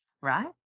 right